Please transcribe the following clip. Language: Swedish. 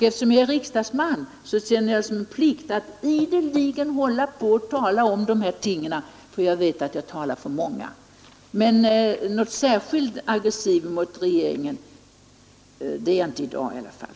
Eftersom jag är riksdagsman känner jag det som min plikt att ideligen tala om dessa ting, för jag vet att jag talar för många. Men särskilt aggressiv mot regeringen är jag inte i dag i alla fall